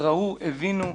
ראו, הבינו,